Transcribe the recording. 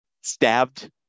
stabbed